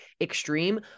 extreme